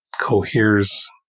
coheres